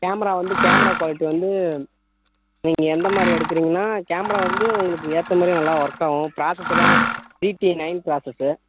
camera வந்து camera quality வந்து நீங்கள் எந்தமாதிரி எடுக்குறீங்கன்னா கேமரா வந்து உங்களுக்கு ஏற்ற மாதிரி நல்லா ஒர்க் ஆகும் ப்ராஸஸெல்லாம் நைன் ப்ராசஸ்